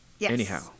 Anyhow